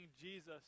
Jesus